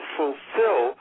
fulfill